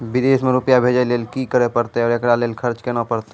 विदेश मे रुपिया भेजैय लेल कि करे परतै और एकरा लेल खर्च केना परतै?